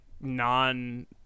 non